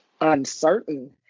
uncertain